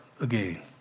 Again